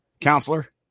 counselor